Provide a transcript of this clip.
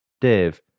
Dave